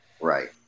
Right